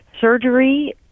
surgery